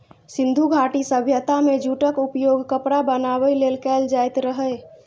सिंधु घाटी सभ्यता मे जूटक उपयोग कपड़ा बनाबै लेल कैल जाइत रहै